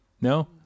No